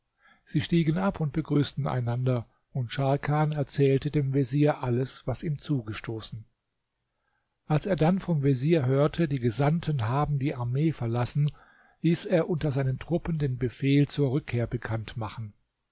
sie stiegen ab und begrüßten einander und scharkan erzählte dem vezier alles was ihm zugestoßen als er dann vom vezier hörte die gesandten haben die armee verlassen ließ er unter seinen truppen den befehl zur rückkehr bekannt machen